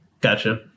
Gotcha